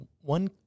one